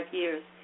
years